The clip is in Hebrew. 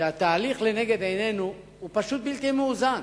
שהתהליך שלנגד עינינו הוא פשוט בלתי מאוזן.